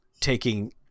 taking